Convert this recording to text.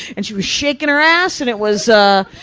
and she was shakin' her ass, and it was ah,